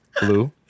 Blue